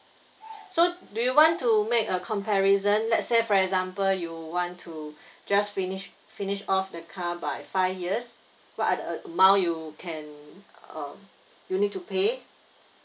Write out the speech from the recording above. so do you want to make a comparison let's say for example you want to just finish finish off the car by five years what are the amount you can uh you need to pay